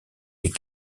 des